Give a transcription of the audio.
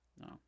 No